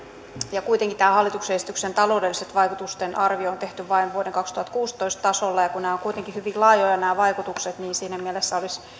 ja kuitenkin tämän hallituksen esityksen taloudellisten vaikutusten arviointi on tehty vain vuoden kaksituhattakuusitoista tasolla ja kun nämä vaikutukset ovat kuitenkin hyvin laajoja niin siinä mielessä olisi